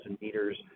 meters